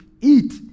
Eat